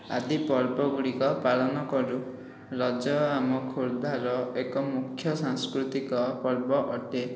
ଆଦି ପର୍ବଗୁଡ଼ିକ ପାଳନ କରୁ ରଜ ଆମ ଖୋର୍ଦ୍ଧାର ଏକ ମୁଖ୍ୟ ସାଂସ୍କୃତିକ ପର୍ବ ଅଟେ